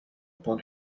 upon